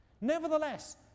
Nevertheless